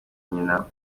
nyina